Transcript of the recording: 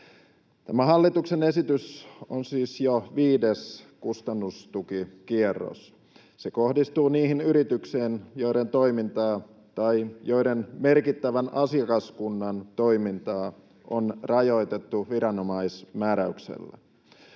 Tämä hallituksen esitys on siis jo viides kustannustukikierros. Se kohdistuu niihin yrityksiin, joiden toimintaa tai joiden merkittävän asiakaskunnan toimintaa on rajoitettu viranomaismääräyksellä.